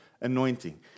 anointing